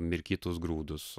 mirkytus grūdus